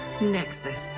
Nexus